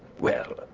well,